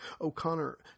O'Connor